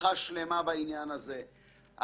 במהפכה שלמה בעניין הזה,